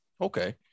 Okay